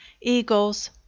eagles